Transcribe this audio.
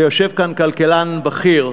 ויושב כאן כלכלן בכיר,